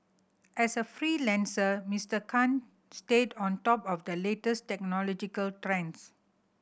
as a freelancer Mister Khan stayed on top of the latest technological trends